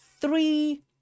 three